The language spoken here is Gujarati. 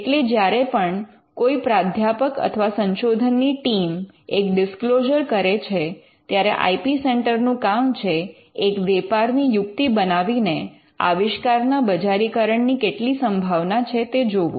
એટલે જ્યારે પણ કોઈ પ્રાધ્યાપક અથવા સંશોધનની ટીમ એક ડિસ્ક્લોઝર કરે છે ત્યારે આઇ પી સેન્ટર નું કામ છે એક વેપારની યુક્તિ બનાવીને આવિષ્કાર ના બજારીકરણની કેટલી સંભાવના છે તે જોવું